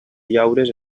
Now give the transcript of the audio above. llaures